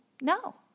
no